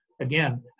again